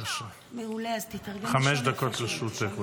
דקות לרשותך.